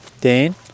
Dane